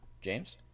James